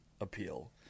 appeal